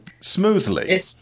Smoothly